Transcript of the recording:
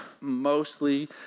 mostly